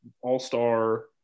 all-star